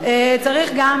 בשבוע